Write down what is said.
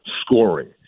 scoring